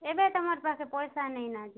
ଏବେ ତମର୍ ପାଖେ ପାଇସା ନାଇଁ ଯେ